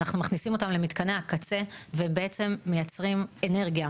אנחנו מכניסים אותם למתקני הקצה ובעם מייצרים אנרגיה,